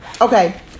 okay